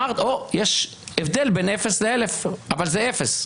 יש הבדל בין אפס לאלף, אבל זה אפס.